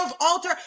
altar